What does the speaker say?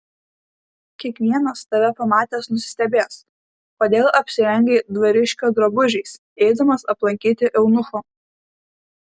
kiekvienas tave pamatęs nusistebės kodėl apsirengei dvariškio drabužiais eidamas aplankyti eunucho